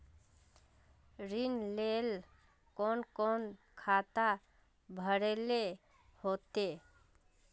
ऋण लेल कोन कोन खाता भरेले होते?